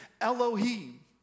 Elohim